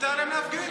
ומותר להם להפגין?